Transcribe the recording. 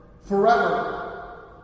forever